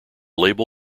label